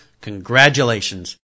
congratulations